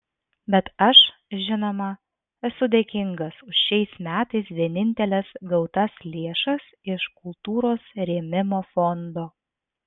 bet aš žinoma esu dėkingas už šiais metais vieninteles gautas lėšas iš kultūros rėmimo fondo